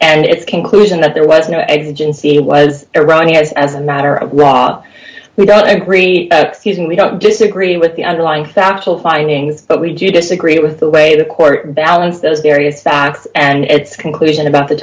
and its conclusion that there was no agency was iran has as a matter of law we don't agree and we don't disagree with the underlying factual findings but we do disagree with the way the court balance those various facts and its conclusion about the